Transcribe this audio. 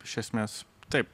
iš esmės taip